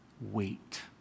wait